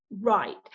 Right